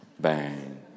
bang